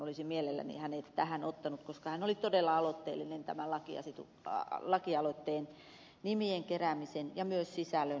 olisin mielelläni hänet tähän ottanut koska hän oli todella aloitteellinen tämän lakialoitteen nimien keräämisen ja myös sisällön työstämisen suhteen